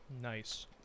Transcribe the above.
nice